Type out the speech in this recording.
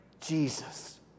Jesus